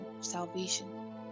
salvation